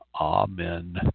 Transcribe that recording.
Amen